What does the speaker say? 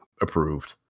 approved